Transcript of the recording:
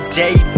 day